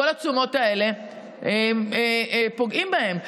כל התשומות האלה פוגעות בהם.